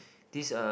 this uh